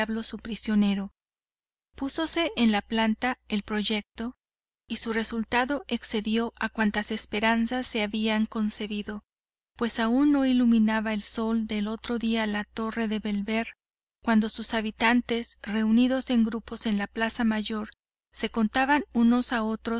su prisionero púsose en práctica el proyecto y su resultado excedió a cuantas esperanzas se habían concebido pues aún no iluminaba el sol del otro día la alta torre de bellver cuando sus habitantes reunidos en grupos en la plaza mayor se contaban unos a otros